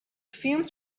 fumes